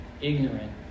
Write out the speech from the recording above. ignorant